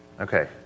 Okay